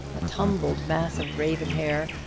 a tumbled mass of raven hair,